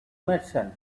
merchant